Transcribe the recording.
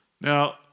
Now